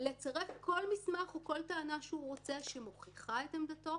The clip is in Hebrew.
לצרף כל מסמך או כל טענה שהוא רצה ושמוכיחה את עמדתו,